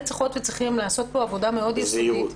צריכות וצריכים לעשות פה עבודה יסודית מאוד